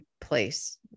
place